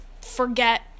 forget